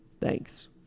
Thanks